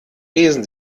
lesen